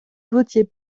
votiez